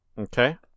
Okay